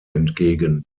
entgegen